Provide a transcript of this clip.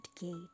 gate